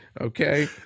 Okay